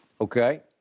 Okay